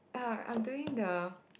uh I'm doing the